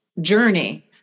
journey